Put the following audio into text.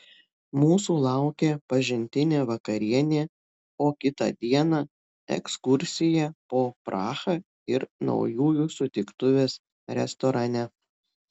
mūsų laukė pažintinė vakarienė o kitą dieną ekskursija po prahą ir naujųjų sutiktuvės restorane